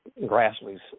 Grassley's